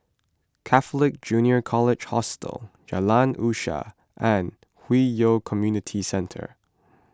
Catholic Junior College Hostel Jalan Usaha and Hwi Yoh Community Centre